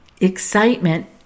excitement